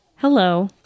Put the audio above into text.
hello